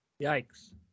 Yikes